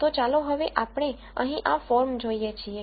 તો ચાલો હવે આપણે અહીં આ ફોર્મ જોઈએ છીએ